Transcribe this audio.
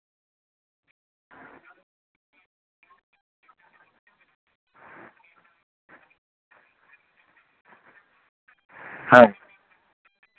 ᱦᱮᱸ